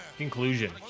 conclusion